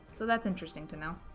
so that's interesting to know.